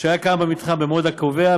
שהיה קיים במתחם במועד הקובע,